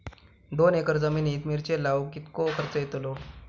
दोन एकर जमिनीत मिरचे लाऊक कितको खर्च यातलो?